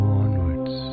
onwards